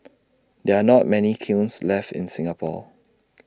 there are not many kilns left in Singapore